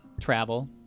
travel